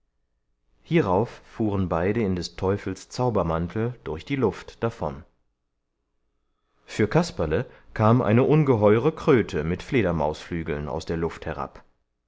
hierauf fuhren beide in des teufels zaubermantel durch die luft davon für kasperle kam eine ungeheuere kröte mit fledermausflügeln aus der luft herab